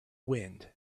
wind